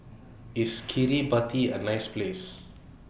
IS Kiribati A nice Place